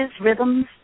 rhythms